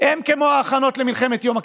הם כמו ההכנות למלחמת יום הכיפורים,